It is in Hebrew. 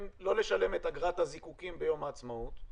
לא לשלם את אגרת הזיקוקים ביום העצמאות,